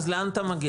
או, אז לאן אתה מגיע?